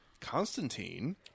Constantine